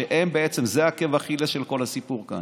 שזה עקב אכילס של כל הסיפור כאן.